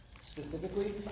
specifically